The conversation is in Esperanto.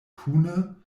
kune